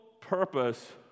purpose